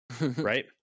right